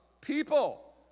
people